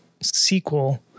sequel